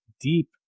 deep